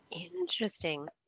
Interesting